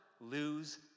lose